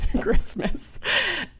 Christmas